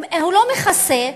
הוא לא מכסה.